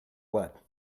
what